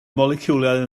moleciwlau